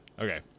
Okay